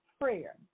prayer